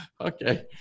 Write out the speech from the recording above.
Okay